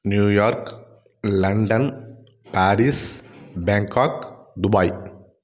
New York London Paris Bangkok Dubai